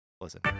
listen